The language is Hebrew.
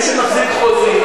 מי שמחזיק חוזי,